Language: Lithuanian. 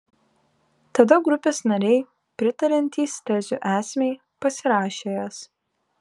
tada grupės nariai pritariantys tezių esmei pasirašė jas